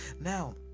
Now